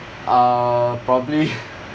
uh probably